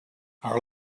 our